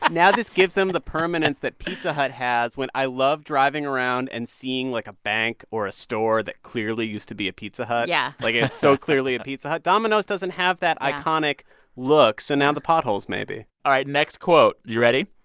now this gives them the permanence that pizza hut has when i love driving around and seeing, like, a bank or a store that clearly used to be a pizza hut yeah like, it's so clearly a pizza hut. domino's doesn't have that iconic look so now the potholes, maybe all right, next quote you ready?